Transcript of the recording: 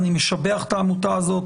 אני משבח את העמותה הזו.